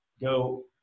go